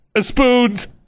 spoons